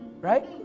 Right